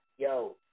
Yo